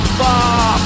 far